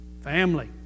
Family